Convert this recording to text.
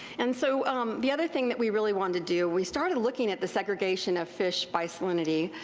and so the other thing that we really wanted to do, we started looking at the segregation of fish by salinity.